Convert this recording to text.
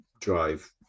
drive